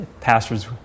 pastors